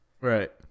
Right